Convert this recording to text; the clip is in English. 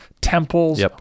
temples